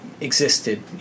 existed